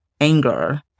anger